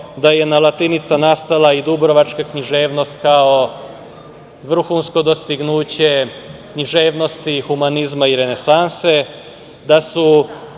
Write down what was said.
da je latinica nastala i dubrovačka književnost kao vrhunsko dostignuće književnosti, humanizma i renesanse, da su